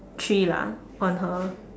three lah on her